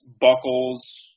Buckles